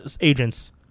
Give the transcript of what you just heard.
agents